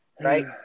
Right